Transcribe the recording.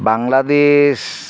Bangladesh